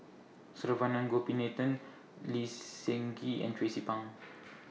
Saravanan Gopinathan Lee Seng Gee and Tracie Pang